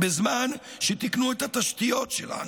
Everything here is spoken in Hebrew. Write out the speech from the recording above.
בזמן שתיקנו את התשתיות שלנו,